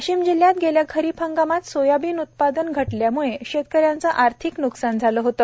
वाशिम जिल्हयात गेल्या खरीप हंगामात सोयाबीन उत्पादन घटल्यामुळ शेतकऱ्यांच आर्थिक न्कसान झाल होत